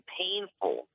painful